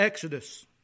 Exodus